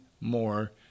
more